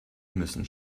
müssen